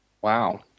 Wow